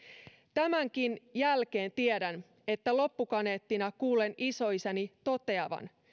tämänkin jälkeen tiedän että loppukaneettina kuulen isoisäni toteavan